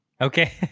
Okay